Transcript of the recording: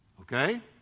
Okay